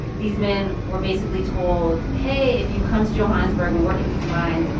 these men were basically told, hey, if you come to johannesburg and work in these mines,